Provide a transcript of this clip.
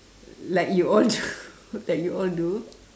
like you all do like you all do